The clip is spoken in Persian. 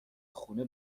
خونه